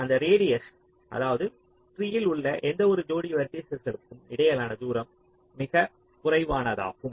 அந்த ரேடியஸ் அதாவது ட்ரீயில் உள்ள எந்த ஒரு ஜோடி வெர்ட்டிஸஸ்களுக்கும் இடையிலான தூரம் மிகக் குறைவானதாகும்